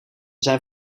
zijn